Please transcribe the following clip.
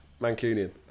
Mancunian